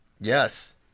Yes